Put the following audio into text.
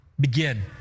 begin